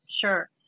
Sure